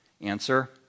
Answer